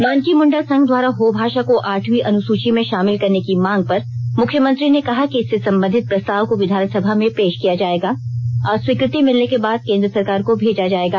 मानकी मुंडा संघ द्वारा हो भाषा को आठवीं अनुसूची में शामिल करने की मांग पर मुख्यमंत्री ने कहा कि इससे संबंधित प्रस्ताव को विधानसभा में पेश किया जाएगा और स्वीकृति मिलने के बाद केंद्र सरकार को भेजा जाएगा